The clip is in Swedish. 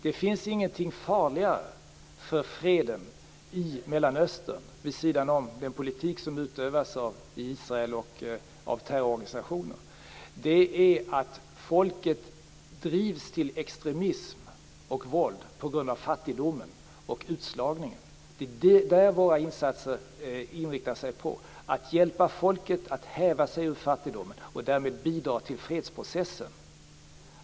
Det finns ingenting farligare för freden i Mellanöstern, vid sidan av den politik som utövas av Israel och av terrororganisationer, än att folket drivs till extremism och våld på grund av fattigdom och utslagning. Det är detta våra insatser inriktar sig på, att hjälpa folket att häva sig ur fattigdomen och därmed bidra till fredsprocessen.